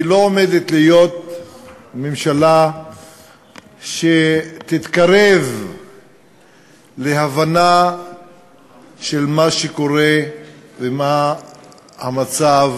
היא לא עומדת להיות ממשלה שתתקרב להבנה של מה שקורה ומה המצב